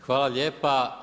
Hvala lijepa.